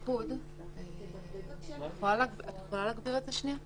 ולדעתי מה שקורה היום שיש ראשי רשויות שמתייעצים